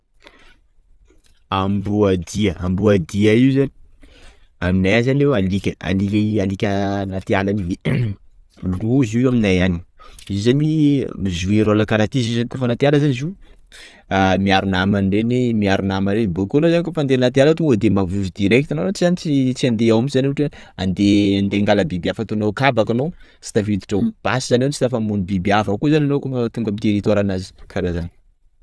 Amboadia, amboadia io zany, aminay any zany io alika alika anaty ala any, loza io aminay any, io zany mi joue role karaha ty zio zany, koafa anaty ala zany zio ah miaro namany reny, miaro namany reny boko zany anao koafa andeha anaty ala ao tonga de mavozo direct, anao zany tsy tsy andeha ao mintsy zany anao ohatra hoe andeha andeha angala biby hafa ataonao kabaka anao, tsy tafiditra ao, basy zany anao tsy tafa amono biby hafa koa zany koafa tonga aminy territoire nazy, karah zany.